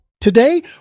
Today